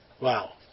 Wow